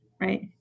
right